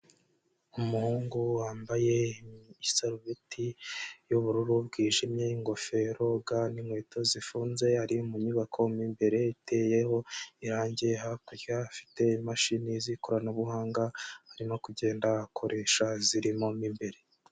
Umuhungu wambaye isarubeti y'ubururu bwijimye, ingofero, ga n'inkweto zifunze ari mu nyubako mo imbere iteyeho irange hakurya afite imashini zikoranabuhanga arimo kugenda akoresha zirimo mo imbere.